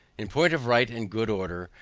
in point of right and good order,